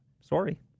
Sorry